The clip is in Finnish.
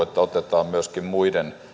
että otetaan myöskin muiden